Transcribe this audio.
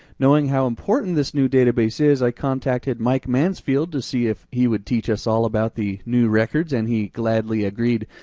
knowing how important this new database is, i contacted mike mansfield to see if he would teach us all about the new records, and he gladly agreed,